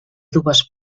dues